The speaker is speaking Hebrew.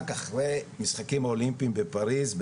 רק אחרי משחקים אולימפיים בפריז,